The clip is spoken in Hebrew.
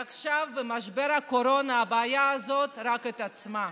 עכשיו, במשבר הקורונה, הבעיה הזאת רק התעצמה,